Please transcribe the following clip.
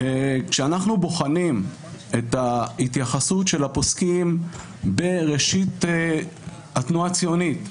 כשאנחנו בוחנים את ההתייחסות של הפוסקים בראשית התנועה הציונית,